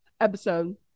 episode